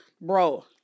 bro